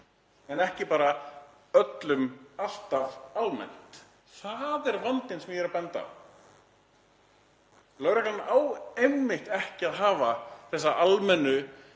en ekki bara öllum alltaf almennt. Það er vandinn sem ég er að benda á. Lögreglan á einmitt ekki að hafa þessa almennu